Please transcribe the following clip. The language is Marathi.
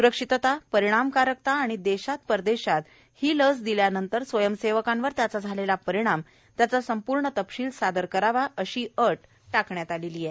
स्रक्षितता परिणामकारकता आणि देशात परदेशात ही लस दिल्या नंतर स्वयंसेवकांवर त्याचा झालेला परिणाम त्याचा संपूर्ण तपशील सादर करावा अशी ही अट टाकण्यात आली आहे